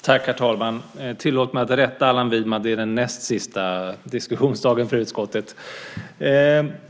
Herr talman! Tillåt mig att rätta Allan Widman. Det är den näst sista diskussionsdagen för utskottet.